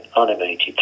animated